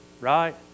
Right